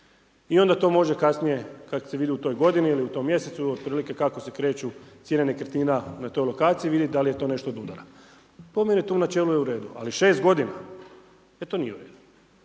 I onda to može kasnije kad se vidi u toj godini ili u tom mjesecu otprilike kako se kreću cijene nekretnina na toj lokaciji vidjet da li to nešto odudara. Po meni to u načelu je u redu, ali 6 godina, e to nije u redu.